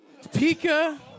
Pika